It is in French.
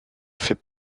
fait